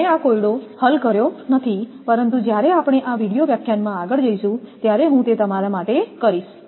મેં આ કોયડો હલ કર્યો નથી પરંતુ જ્યારે આપણે આ વિડિઓ વ્યાખ્યાનમાં આગળ જઈશું ત્યારે હું તે તમારા માટે કરીશ